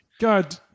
God